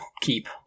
keep